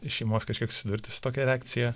iš šeimos kažkiek susidurti su tokia reakcija